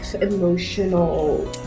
emotional